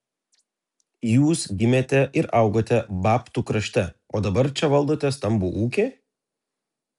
jūs gimėte ir augote babtų krašte o dabar čia valdote stambų ūkį